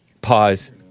Pause